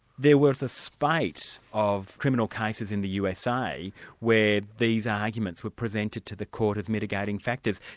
there was a spate of criminal cases in the usa where these arguments were presented to the court as mitigating factors.